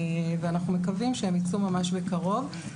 אנחנו מקווים שהם ייצאו ממש בקרב.